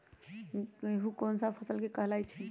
गेहूँ कोन सा फसल कहलाई छई?